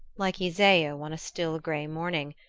like iseo on a still gray morning,